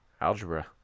Algebra